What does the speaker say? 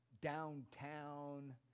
downtown